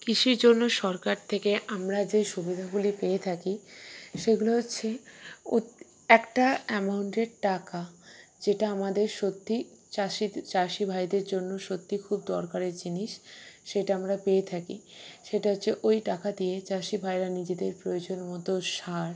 কৃষির জন্য সরকার থেকে আমরা যে সুবিধাগুলি পেয়ে থাকি সেগুলো হচ্ছে একটা অ্যামাউন্টের টাকা যেটা আমাদের সত্যিই চাষি চাষি ভাইদের জন্য সত্যিই খুব দরকারি জিনিস সেটা আমরা পেয়েই থাকি সেটা হচ্ছে ওই টাকা দিয়ে চাষি ভাইয়েরা নিজেদের প্রয়োজন মতো সার